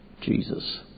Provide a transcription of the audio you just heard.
Jesus